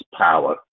power